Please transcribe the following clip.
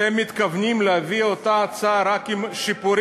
שאתם מתכוונים להביא את אותה הצעה רק עם שיפורים,